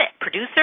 producer